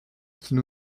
qu’ils